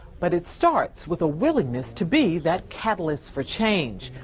but it starts with a willingness to be that catalyst for change.